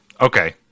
Okay